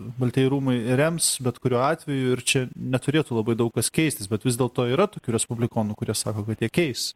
baltieji rūmai rems bet kuriuo atveju ir čia neturėtų labai daug kas keistis bet vis dėlto yra tokių respublikonų kurie sako kad jie keis